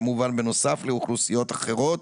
כמובן בנוסף לאוכלוסיות אחרות.